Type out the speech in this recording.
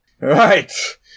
Right